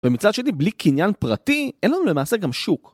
ומצד שני, בלי קניין פרטי, אין לנו למעשה גם שוק.